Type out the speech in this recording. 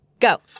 go